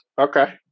Okay